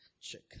check